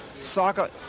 soccer